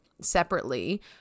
separately